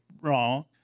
wrong